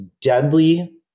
deadly